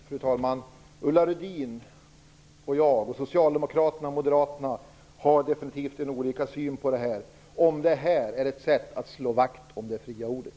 Fru talman! Ulla Rudin och jag, socialdemokraterna och moderaterna, har definitivt olika syn på frågan om förslaget är ett sätt att slå vakt om det fria ordet.